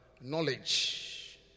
knowledge